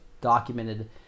documented